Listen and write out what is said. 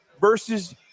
versus